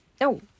No